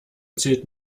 zählt